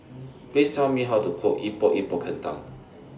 Please Tell Me How to Cook Epok Epok Kentang